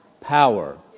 power